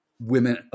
women